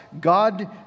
God